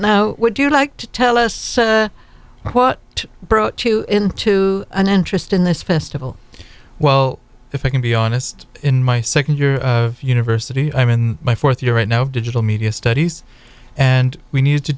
no would you like to tell us what brought you into an interest in this festival well if i can be honest in my second year university i'm in my fourth year right now of digital media studies and we need to